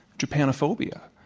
japanophobia.